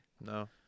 No